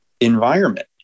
environment